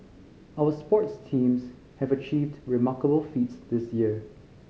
our sports teams have achieved remarkable feats this year